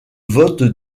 vote